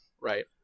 right